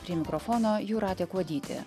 prie mikrofono jūratė kuodytė